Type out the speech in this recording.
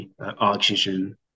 oxygen